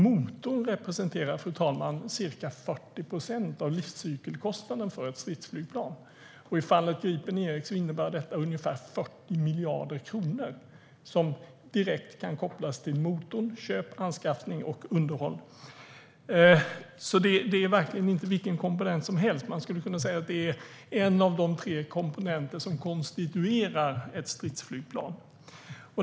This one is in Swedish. Motorn representerar ca 40 procent av livscykelkostnaden för ett stridsflygplan. I fallet Gripen E innebär det ungefär 40 miljarder kronor som direkt kan kopplas till motorn, med köp, anskaffning och underhåll. Det är verkligen inte vilken komponent som helst. Man skulle kunna säga att det är en av de tre komponenter som konstituerar ett stridsflygplan.